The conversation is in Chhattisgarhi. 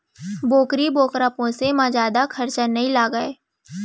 बोकरी बोकरा पोसे म जादा खरचा नइ लागय